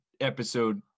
episode